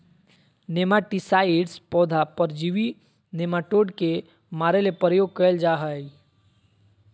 nematicides पौधा परजीवी nematode के मारे ले प्रयोग कयल जा हइ